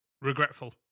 regretful